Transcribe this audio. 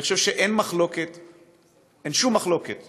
אני חושב שאין שום מחלוקת